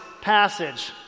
passage